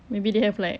maybe they have like